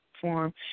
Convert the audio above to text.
form